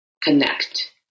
connect